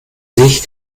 sich